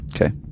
Okay